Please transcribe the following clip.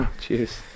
Cheers